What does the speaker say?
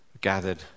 gathered